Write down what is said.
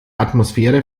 atmosphäre